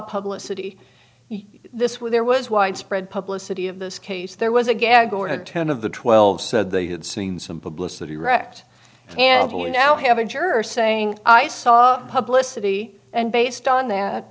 publicist this where there was widespread public city of this case there was a gag order ten of the twelve said they had seen some publicity wrecked and we now have a juror saying i saw a publicist and based on that